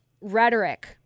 rhetoric